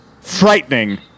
frightening